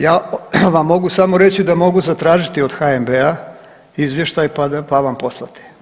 Ja vam mogu samo reći da mogu zatražiti od HNB-a izvještaj pa vam poslati.